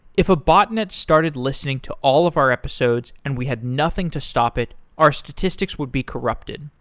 if a botnet started listening to all of our episodes and we had nothing to stop it, our statistics would be corrupted.